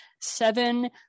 seven